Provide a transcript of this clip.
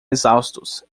exaustos